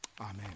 Amen